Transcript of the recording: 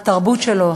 התרבות שלו,